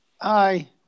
Aye